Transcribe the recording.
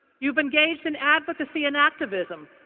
you've engaged in advocacy and activism,